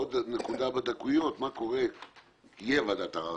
ועוד נקודה בדקויות: הרי תהיה ועדת ערר,